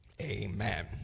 Amen